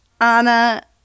Anna